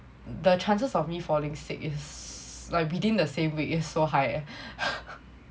the chances of me falling sick is like within the same week is so high eh